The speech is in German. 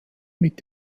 mit